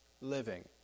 living